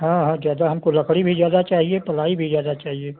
हाँ हाँ ज्यादा हमको लकड़ी भी ज्यादा चाहिए पलाई भी ज्यादा चाहिए